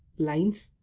lines,